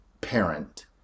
parent